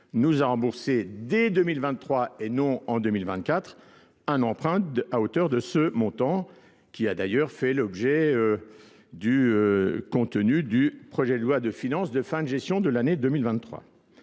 nous a remboursé dès 2023 et non en 2024 un emprunt à hauteur de ce montant qui a d'ailleurs fait l'objet du contenu du projet de loi de finances de fin de gestion de l'année 2023.